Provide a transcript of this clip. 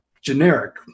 generic